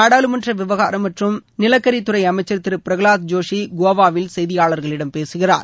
நாடாளுமன்ற விவகாரம் மற்றும் நிலக்கரித்துறை அமைச்சர் திரு பிரகவாத் ஜோஷி கோவாவில் செய்தியாளர்களிடம் பேசுகிறார்